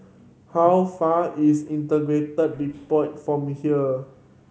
how far is Integrated Depot from here